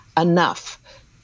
enough